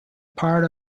part